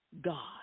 God